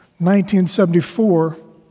1974